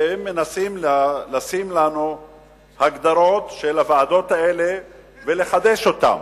הם מנסים לשים לנו הגדרות של הוועדות האלה ולחדש אותן.